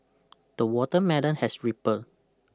the watermelon has ripened